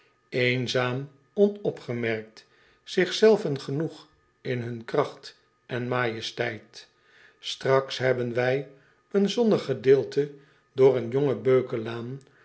eenzaam onopgemerkt zich zelven genoeg in hun kracht en majesteit traks hebben wij een zonnig gedeelte door een jonge beukenlaan